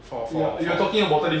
for for for for